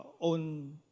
own